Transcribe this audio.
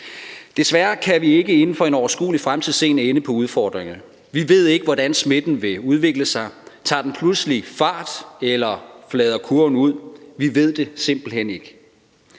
Desværre kan vi ikke inden for en overskuelig fremtid se en ende på udfordringerne. Vi ved ikke, hvordan smitten vil udvikle sig. Tager den pludselig fart, eller flader kurven ud? Vi ved det simpelt hen ikke.